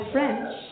French